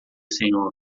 senhor